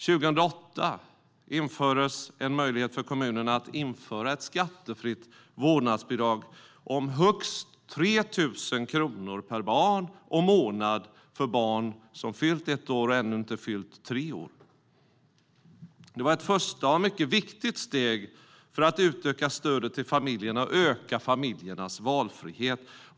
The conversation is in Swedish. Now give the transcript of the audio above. År 2008 infördes en möjlighet för kommunerna att införa ett skattefritt vårdnadsbidrag om högst 3 000 kronor per barn och månad för barn mellan ett och tre år. Det var ett första och mycket viktigt steg för att utöka stödet till familjerna och öka familjernas valfrihet.